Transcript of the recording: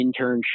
internship